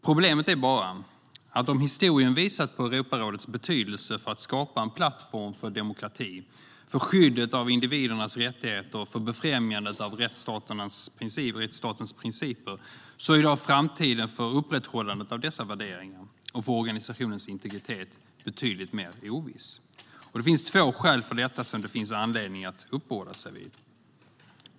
Problemet är bara att om historien visat på Europarådets betydelse för att skapa en plattform för demokrati, för skyddet av individernas rättigheter och för befrämjandet av rättsstatens principer, är framtiden för upprätthållandet av dessa värderingar och för organisationens integritet betydligt mer oviss i dag. Det finns två skäl för detta som det finns anledning att uppehålla sig vid.